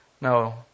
Now